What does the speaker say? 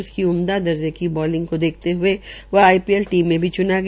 उसकी उमदा दर्जे की बोलिंग को देखते हये वह आईपीएल टीम मे भी चूना गया